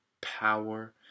power